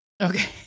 Okay